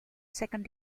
second